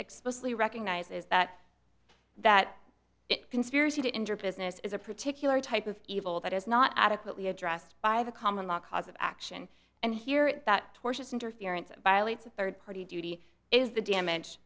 explicitly recognizes that that conspiracy to injure business is a particular type of evil that is not adequately addressed by the common law cause of action and here that tortious interference by elites a third party duty is the damage